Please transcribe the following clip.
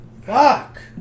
Fuck